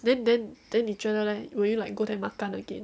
then then then 你觉得 leh like will you like go there makan again